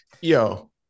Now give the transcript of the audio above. yo